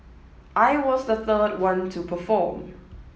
I was the third one to perform